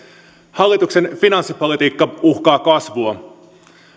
hallituksen finanssipolitiikka uhkaa kasvua